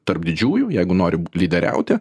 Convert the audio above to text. tarp didžiųjų jeigu nori lyderiauti